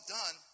done